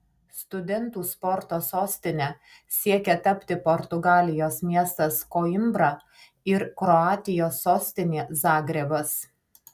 studentų sporto sostine siekia tapti portugalijos miestas koimbra ir kroatijos sostinė zagrebas